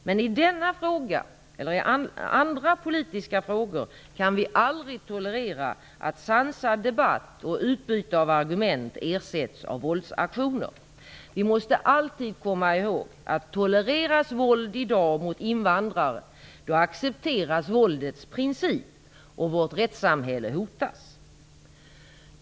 Men i denna fråga eller i andra politiska frågor kan vi aldrig tolerera att sansad debatt och utbyte av argument ersätts av våldsaktioner. Vi måste alltid komma ihåg att våldets princip accepteras om våld mot invandrare tolereras. Vårt rättssamhälle hotas.